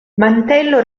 mantello